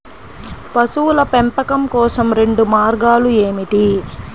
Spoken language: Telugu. పశువుల పెంపకం కోసం రెండు మార్గాలు ఏమిటీ?